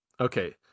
okay